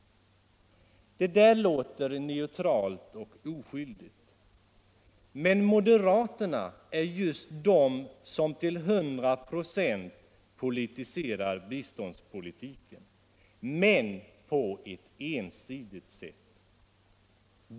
Det låter neutralt och oskyldigt. Men moderaterna är just de som till 100 96 politiserar biståndspolitiken, men de gör det på ett ensidigt sätt.